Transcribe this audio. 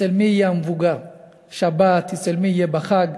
אצל מי יהיה המבוגר בשבת, אצל מי יהיה בחג.